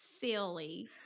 silly